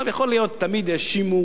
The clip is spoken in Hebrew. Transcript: תמיד האשימו